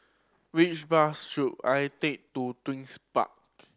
which bus should I take to Twin